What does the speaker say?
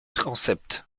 transept